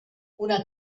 una